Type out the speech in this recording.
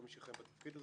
כל מי שיכהן בתפקיד הזה,